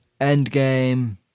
Endgame